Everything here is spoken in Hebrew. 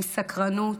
עם סקרנות.